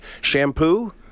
shampoo